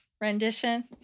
rendition